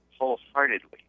wholeheartedly